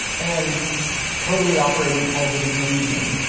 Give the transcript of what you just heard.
and totally operating as illusion.